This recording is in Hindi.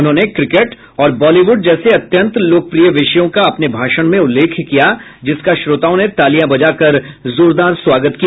उन्होंने क्रिकेट और बॉलीवुड जैसे अत्यन्त लोकप्रिय विषयों का अपने भाषण में उल्लेख किया जिसका श्रोताओं ने तालियां बजाकर जोरदार स्वागत किया